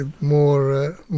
more